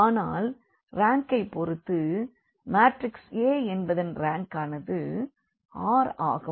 ஆனால் ரேங்கைபொறுத்து matrix A என்பதன் ரேங்கானது r ஆகும்